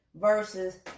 versus